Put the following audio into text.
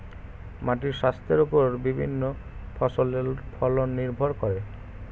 মাটির স্বাস্থ্যের ওপর বিভিন্ন ফসলের ফলন নির্ভর করে